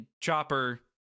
Chopper